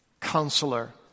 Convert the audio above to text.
counselor